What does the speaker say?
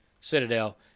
Citadel